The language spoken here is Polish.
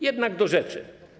Jednak do rzeczy.